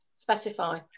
specify